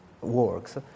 works